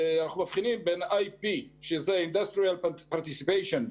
אנחנו מבחינים בין IP Industrial Participation ,